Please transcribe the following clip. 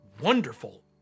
wonderful